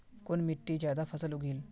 कुन मिट्टी ज्यादा फसल उगहिल?